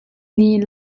nih